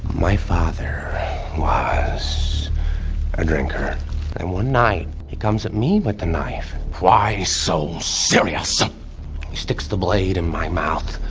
my father was a drinker and one night. he comes at me with the knife. why so serious he so sticks the blade in my mouth.